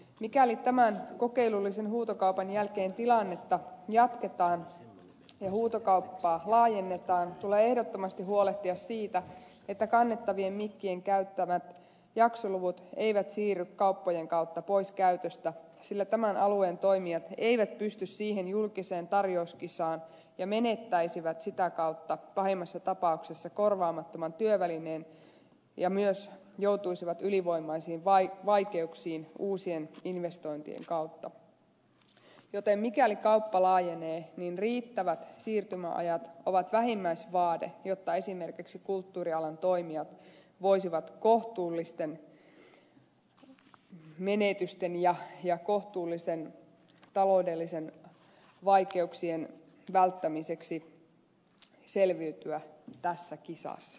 mikäli tämän kokeilullisen huutokaupan jälkeen tilannetta jatketaan ja huutokauppaa laajennetaan tulee ehdottomasti huolehtia siitä että kannettavien mikkien käyttämät jaksoluvut eivät siirry kauppojen kautta pois käytöstä sillä tämän alueen toimijat eivät pysty siihen julkiseen tarjouskisaan ja menettäisivät sitä kautta pahimmassa tapauksessa korvaamattoman työvälineen ja myös joutuisivat ylivoimaisiin vaikeuksiin uusien investointien kautta joten mikäli kauppa laajenee niin riittävät siirtymäajat ovat vähimmäisvaade jotta esimerkiksi kulttuurialan toimijat voisivat kohtuullisten menetysten ja kohtuullisten taloudellisten vaikeuksien välttämiseksi selviytyä tässä kisassa